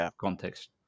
context